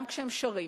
גם כשהם שרים.